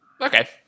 okay